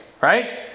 right